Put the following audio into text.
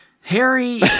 Harry